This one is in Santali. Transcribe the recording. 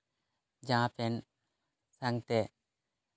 ᱡᱟᱢᱟᱯᱮᱱᱴ ᱥᱟᱶᱛᱮ